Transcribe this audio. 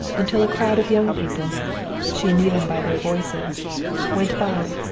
until a crowd of young people she knew them by their voices went by,